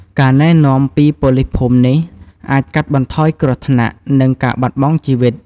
ការណែនាំពីប៉ូលីសភូមិនេះអាច កាត់បន្ថយគ្រោះថ្នាក់ និងការបាត់បង់ជីវិត។